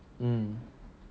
mm